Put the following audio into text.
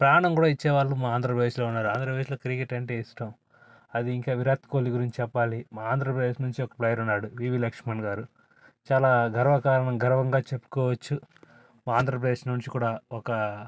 ప్రాణం కూడా ఇచ్చేవాళ్ళు మా ఆంధ్రప్రదేశ్లో ఉన్నారు ఆంధ్రప్రదేశ్లో క్రికెట్ అంటే ఇష్టం అది ఇంకా విరాట్ కోహ్లీ గురించి చెప్పాలి మా ఆంధ్రప్రదేశ్ నుంచి ఒక ప్లేయర్ ఉన్నారు వీవీ లక్ష్మణ్ గారు చాలా గర్వకారణం గర్వంగా చెప్పుకోవచ్చు మా ఆంధ్రప్రదేశ్ నుంచి కూడా ఒక